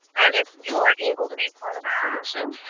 and if you are able to be part of a solution,